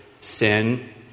sin